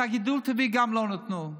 את הגידול הטבעי גם לא נתנו.